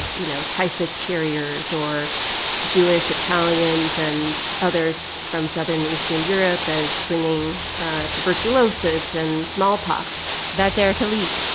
you know, typhus carriers, or jewish italians and others from southern eastern europe as bringing tuberculosis and smallpox that's erika lee.